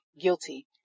guilty